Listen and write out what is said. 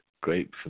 great